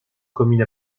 commune